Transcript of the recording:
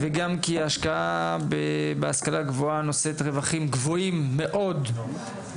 וכי ההשקעה בהשכלה הגבוהה נושאת רווחים גבוהים בעתיד.